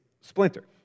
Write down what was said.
Splinter